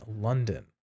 London